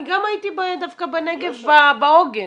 אני גם הייתי דווקא בנגב בעוגן.